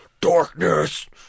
darkness